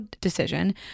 decision